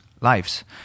lives